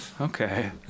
okay